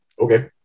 Okay